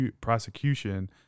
prosecution